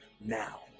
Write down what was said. now